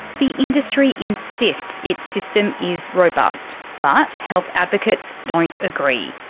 the industry insists its system is robust, but health advocates don't agree.